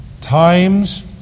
times